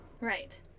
Right